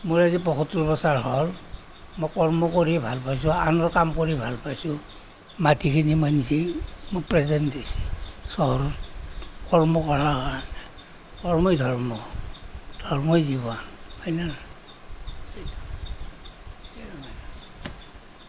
মোৰ আজি পয়সত্তৰ বছৰ হ'ল মই কৰ্ম কৰি ভাল পাইছোঁ আনৰ কাম কৰি ভাল পাইছোঁ মাটিখিনি মোক প্ৰেজেন্ট দিছে চহৰত কৰ্ম কৰাৰ কাৰণে কৰ্মই ধৰ্ম ধৰ্মই জীৱন হয়নে নহয়